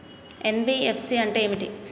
NBFC అంటే ఏమిటి?